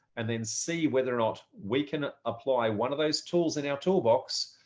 and then see whether or not we can apply one of those tools in our toolbox